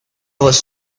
was